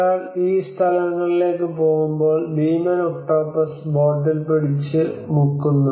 ഒരാൾ ഈ സ്ഥലങ്ങളിലേക്ക് പോകുമ്പോൾ ഭീമൻ ഒക്ടോപസ് ബോട്ടിൽ പിടിച്ച് മുക്കുന്നു